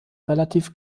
relativ